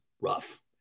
rough